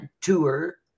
tour